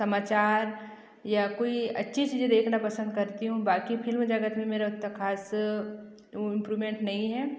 समाचार या कोई अच्छी चीज़ें देखना पसंद करती हूँ बाकी फिल्म जगत में मेरा उतना खास इमप्रूभमेंट नहीं है